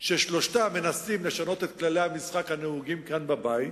ששלושתם מנסים לשנות את כללי המשחק הנהוגים כאן בבית,